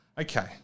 Okay